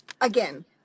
again